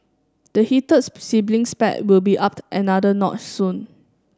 the heated sibling spat will be upped another notch soon